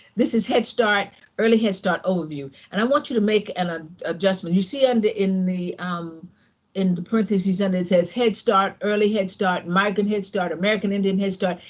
this is head start, early head start overview. and i want you to make an adjustment. you see and in the um in the parentheses, under it says, head start, early head start, migrant head start, american indian head start,